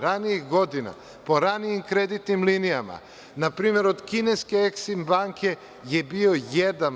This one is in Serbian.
Ranijih godina, po ranijim kreditnim linijama, npr. od kineske „Eksim“ banke bio je 1%